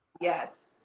Yes